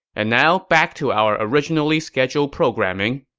and now, back to our originally scheduled programming.